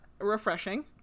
Refreshing